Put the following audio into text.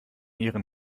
ihren